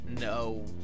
no